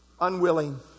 unwilling